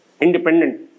independent